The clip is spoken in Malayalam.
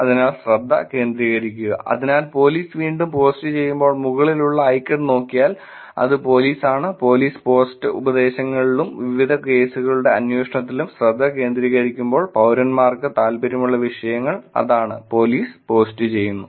അതിനാൽ ശ്രദ്ധ കേന്ദ്രീകരിക്കുകഅതിനാൽ പോലീസ് വീണ്ടും പോസ്റ്റുചെയ്യുമ്പോൾ മുകളിലുള്ള ഐക്കൺ നോക്കിയാൽ അത് പോലീസാണ് പോലീസ് പോസ്റ്റ് ഉപദേശങ്ങളിലും വിവിധ കേസുകളുടെ അന്വേഷണത്തിലും ശ്രദ്ധ കേന്ദ്രീകരിക്കുമ്പോൾ പൌരന്മാർക്ക് താൽപ്പര്യമുള്ള വിവരങ്ങൾ അതാണ് പോലീസ് പോസ്റ്റ് ചെയ്യുന്നു